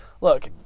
Look